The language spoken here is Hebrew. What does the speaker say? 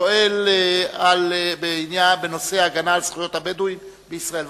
השואל בנושא הגנה על זכויות הבדואים בישראל.